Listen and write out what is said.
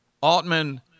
Altman